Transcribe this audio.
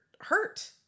hurt